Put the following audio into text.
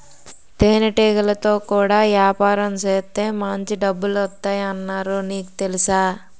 తేనెటీగలతో కూడా యాపారం సేత్తే మాంచి డబ్బులొత్తాయ్ అన్నారు నీకు తెలుసా?